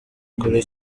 kuri